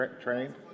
trained